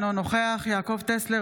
אינו נוכח יעקב טסלר,